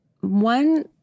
One